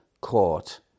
court